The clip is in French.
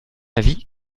avis